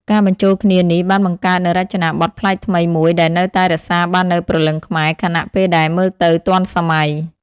ការបញ្ចូលគ្នានេះបានបង្កើតនូវរចនាបថប្លែកថ្មីមួយដែលនៅតែរក្សាបាននូវព្រលឹងខ្មែរ ខណៈពេលដែលមើលទៅទាន់សម័យ។